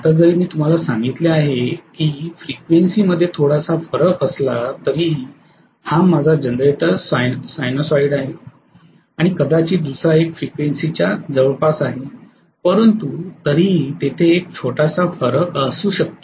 आता जरी मी तुम्हाला सांगितले आहे की फ्रिक्वेन्सी मध्ये थोडासा फरक असला तरीही हा माझा जनरेटर साइनसॉइड आहे आणि कदाचित दुसरा एक फ्रिक्वेन्सी च्या जवळपास आहे परंतु तरीही तेथे एक छोटासा फरक असू शकतो